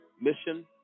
mission